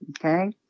okay